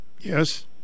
Yes